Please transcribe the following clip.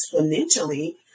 exponentially